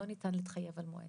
לא ניתן להתחייב על מועד.